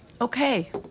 okay